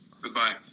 goodbye